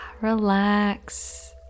relax